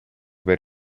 per